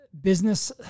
business